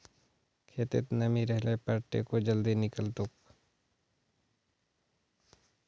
खेतत नमी रहले पर टेको जल्दी निकलतोक